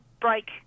break